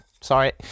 Sorry